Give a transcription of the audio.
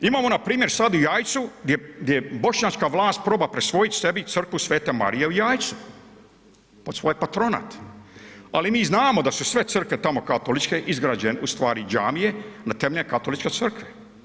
Imamo npr. sada u Jajcu gdje bošnjačka vlast proba prisvojiti sebi Crkvu sv. Marije u Jajcu pod svoj patronat, ali mi znamo da su sve crkve tamo katoličke izgrađene ustvari džamije na temelje katoličke crkve.